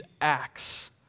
acts